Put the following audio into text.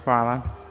Hvala.